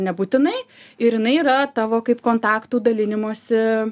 nebūtinai ir jinai yra tavo kaip kontaktų dalinimosi